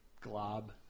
glob